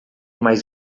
mais